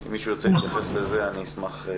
אם מישהו ירצה להתייחס לזה אני אשמח.